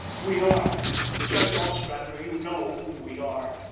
we are judge ostrander, you know who we are.